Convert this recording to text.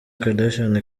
kardashian